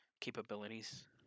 capabilities